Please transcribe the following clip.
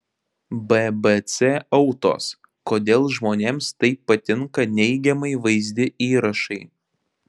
bbc autos kodėl žmonėms taip patinka neigiamai vaizdi įrašai